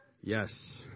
Yes